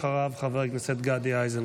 אחריו, חבר הכנסת גדי איזנקוט.